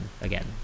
Again